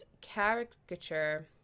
caricature